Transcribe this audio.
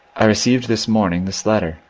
i received this morning this letter,